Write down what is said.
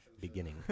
Beginning